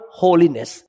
holiness